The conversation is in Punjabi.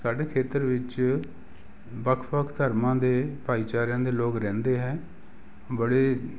ਸਾਡੇ ਖੇਤਰ ਵਿੱਚ ਵੱਖ ਵੱਖ ਧਰਮਾਂ ਦੇ ਭਾਈਚਾਰਿਆਂ ਦੇ ਲੋਕ ਰਹਿੰਦੇ ਹੈ ਬੜੇ